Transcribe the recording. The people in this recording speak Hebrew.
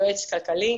יועץ כלכלי,